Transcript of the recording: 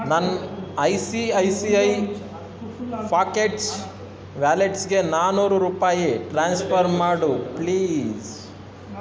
ನನ್ನ I C I C I pockets ವ್ಯಾಲೆಟ್ಸ್ಗೆ ನಾನ್ನೂರು ರೂಪಾಯಿ ಟ್ರಾನ್ಸ್ಫರ್ ಮಾಡು ಪ್ಲೀಸ್